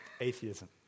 atheism